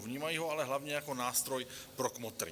Vnímají ho ale hlavně jako nástroj pro kmotry.